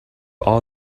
all